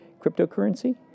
cryptocurrency